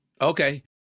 Okay